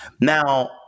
Now